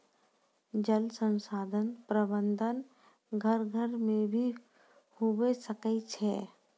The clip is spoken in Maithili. जल संसाधन प्रबंधन घर घर मे भी हुवै सकै छै